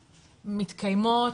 מתקיימות,